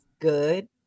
good